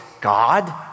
God